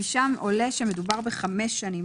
- עולה שמדובר בחמש שנים.